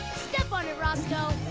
step on it, roscoe!